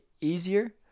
easier